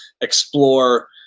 explore